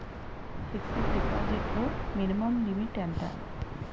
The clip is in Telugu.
ఫిక్సడ్ డిపాజిట్ లో మినిమం లిమిట్ ఎంత?